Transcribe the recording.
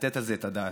לתת על זה את הדעת.